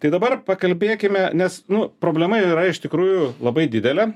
tai dabar pakalbėkime nes nu problema yra iš tikrųjų labai didelė